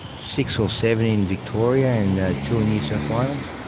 six or seven in victoria, and two in new south wales.